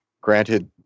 granted